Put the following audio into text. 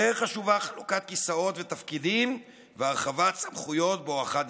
יותר חשובה חלוקת כיסאות ותפקידים והרחבת סמכויות בואכה דיקטטורה.